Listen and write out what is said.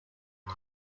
two